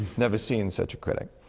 never seen such a critic.